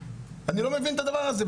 אני לא מבין את הדבר הזה.